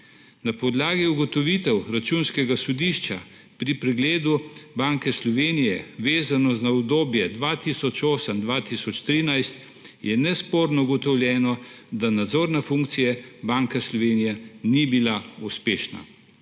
Na podlagi ugotovitev Računskega sodišča pri pregledu Banke Slovenije, vezano za obdobje 2008–2013 je nesporno ugotovljeno, da nadzorne funkcije Banka Slovenije ni bila uspešna.